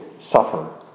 suffer